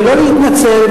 ולא להתנצל,